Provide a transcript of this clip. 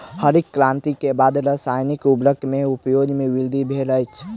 हरित क्रांति के बाद रासायनिक उर्वरक के उपयोग में वृद्धि भेल अछि